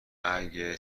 اگر